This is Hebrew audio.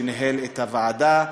שניהל את הוועדה,